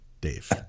Dave